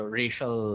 racial